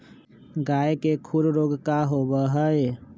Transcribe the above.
गाय के खुर रोग का होबा हई?